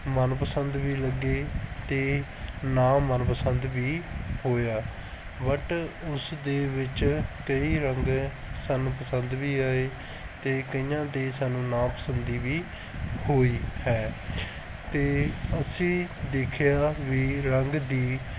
ਮਨ ਪਸੰਦ ਵੀ ਲੱਗੇ ਅਤੇ ਨਾ ਮਨ ਪਸੰਦ ਵੀ ਹੋਇਆ ਬਟ ਉਸ ਦੇ ਵਿੱਚ ਕਈ ਰੰਗ ਸਾਨੂੰ ਪਸੰਦ ਵੀ ਆਏ ਅਤੇ ਕਈਆਂ 'ਤੇ ਸਾਨੂੰ ਨਾ ਪਸੰਦੀ ਵੀ ਹੋਈ ਹੈ ਅਤੇ ਅਸੀਂ ਦੇਖਿਆ ਵੀ ਰੰਗ ਦੀ